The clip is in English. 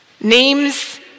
Names